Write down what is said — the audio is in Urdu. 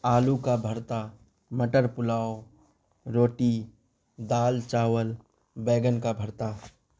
آلو کا بھرتا مٹر پلاؤ روٹی دال چاول بینگن کا بھرتا